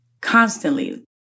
constantly